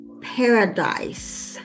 paradise